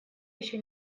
еще